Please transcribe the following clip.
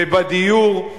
בדיור,